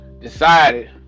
decided